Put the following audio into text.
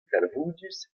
talvoudus